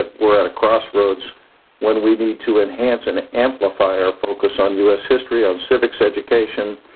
ah we're at a crossroads when we need to enhance and amplify our focus on u s. history on civics education.